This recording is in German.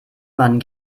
man